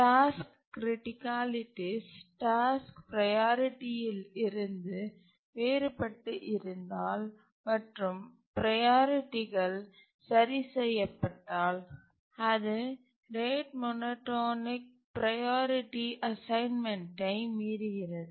task criticalities task ப்ரையாரிட்டியில் இருந்து வேறுபட்டு இருந்தால் மற்றும் ப்ரையாரிட்டிகள் சரி செய்யப்பட்டால் அது ரேட் மோனோடோனிக் ப்ரையாரிட்டி அசைன்மென்ட்டை மீறுகிறது